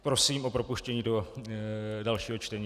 Prosím o propuštění do dalšího čtení.